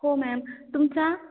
हो मॅम तुमच्या